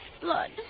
Blood